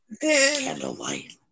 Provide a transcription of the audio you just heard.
Candlelight